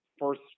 first